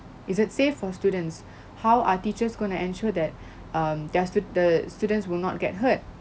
is it safe for students how are teachers going to ensure that um their stud~ the students will not get hurt